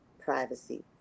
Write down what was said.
privacy